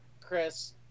Chris